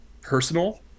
personal